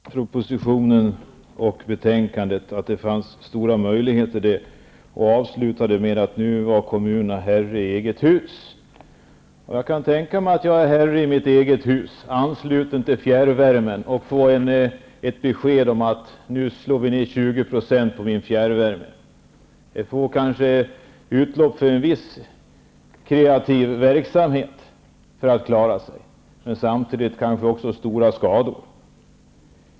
Herr talman! Lennart Hedquist talade väl om propositionen och betänkandet. Han sade att det fanns stora möjligheter där och avslutade med att nu var kommunerna herrar i eget hus. Om jag är herre i mitt eget hus, ansluten till fjärrvärmen, och får ett besked om att man nu slår ner 20 % på min fjärrvärme, ger det kanske utlopp för en viss kreativ verksamhet för att klara sig, men det kanske också samtidigt ger stora skador.